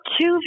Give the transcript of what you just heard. two